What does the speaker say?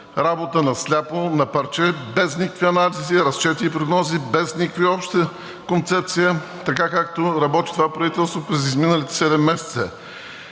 работа на сляпо, на парче, без никакви анализи, разчети и прогнози, без никаква обща концепция – така както работи това правителство през изминалите седем месеца.